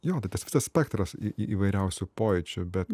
jo tai tas visas spektras į įvairiausių pojūčių bet